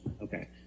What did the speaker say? Okay